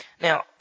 Now